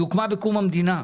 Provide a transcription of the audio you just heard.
היא הוקמה עם קום המדינה.